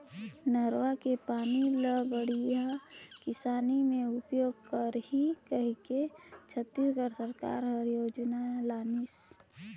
नरूवा के पानी ल बड़िया किसानी मे उपयोग करही कहिके छत्तीसगढ़ सरकार हर योजना लानिसे